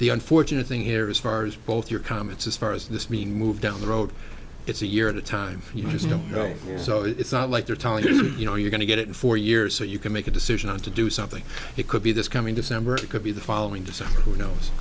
the unfortunate thing here is far as both your comments as far as this we move down the road it's a year at a time you just don't know so it's not like they're telling you you know you're going to get it four years so you can make a decision on to do something it could be this coming december it could be the following december who knows